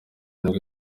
nibwo